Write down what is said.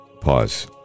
Pause